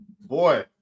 Boy